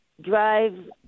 drive